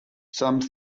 some